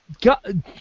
God